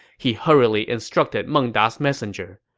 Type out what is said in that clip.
he hurriedly instructed meng da's messenger,